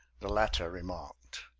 the latter remarked.